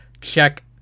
check